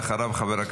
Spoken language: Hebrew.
ואחריו,